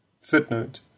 Footnote